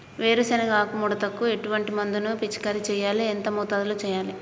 వేరుశెనగ ఆకు ముడతకు ఎటువంటి మందును పిచికారీ చెయ్యాలి? ఎంత మోతాదులో చెయ్యాలి?